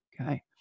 Okay